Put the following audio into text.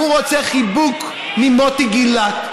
הוא רוצה חיבוק ממוטי גילת,